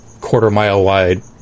quarter-mile-wide